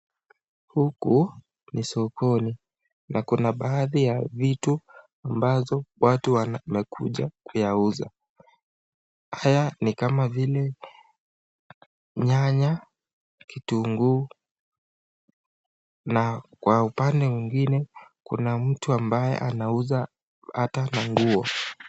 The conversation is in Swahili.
Huku ni sokoni na kuna baadhi ya vitu ambazo watu wamekuja kuyauza. Haya ni kama vile nyanya, kitunguu na kwa upande mwingine kuna mtu ambaye anauza ata na nguo.